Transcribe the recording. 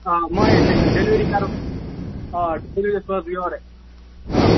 آ مہ ہیٚیِو ٹینشَن ڈیٚلؤری کرو آ سوزٕ بہٕ یورے آ